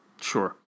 Sure